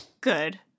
good